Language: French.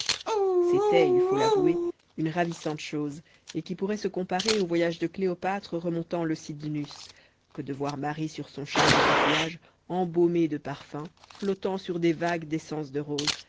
c'était il faut l'avouer une ravissante chose et qui pourrait se comparer au voyage de cléopâtre remontant le cydnus que de voir marie sur son char de coquillages embaumée de parfums flottant sur des vagues d'essence de rose